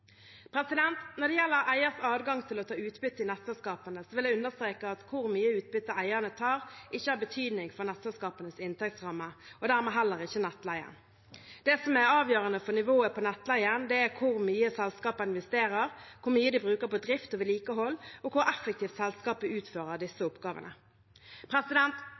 Når det gjelder eiers adgang til å ta utbytte i nettselskapene, vil jeg understreke at hvor mye utbytte eierne tar, ikke har betydning for nettselskapenes inntektsrammer og dermed heller ikke for nettleien. Det som er avgjørende for nivået på nettleien, er hvor mye selskapet investerer, hvor mye det bruker på drift og vedlikehold, og hvor effektivt selskapet utfører disse oppgavene.